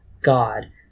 god